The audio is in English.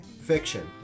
Fiction